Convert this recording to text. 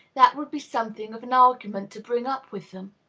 that would be something of an argument to bring up with them,